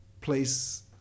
place